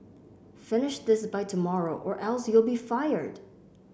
finish this by tomorrow or else you'll be fired